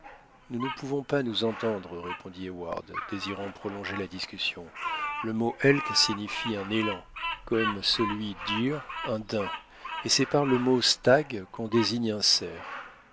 nous ne pouvions pas nous entendre répondit heyward désirant prolonger la discussion le mot elk signifie un élan comme celui deer un daim et c'est par le mot stag qu'on désigne un cerf